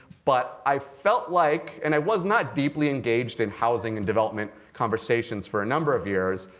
but i felt like and i was not deeply engaged in housing and development conversations for a number of years,